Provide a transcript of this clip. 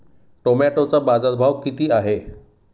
टोमॅटोचा बाजारभाव किती आहे?